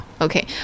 Okay